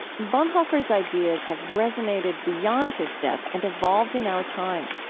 bonhoeffer's ideas have resonated beyond his death and evolved in our time.